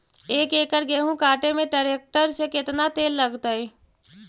एक एकड़ गेहूं काटे में टरेकटर से केतना तेल लगतइ?